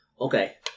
Okay